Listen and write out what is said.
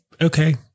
okay